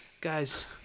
Guys